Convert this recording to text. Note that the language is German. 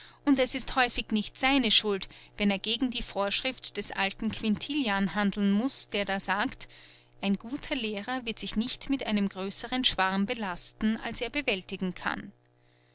und es ist häufig nicht seine schuld wenn er gegen die vorschrift des alten quintilian handeln muß der da sagt ein guter lehrer wird sich nicht mit einem größeren schwarm belasten als er bewältigen kann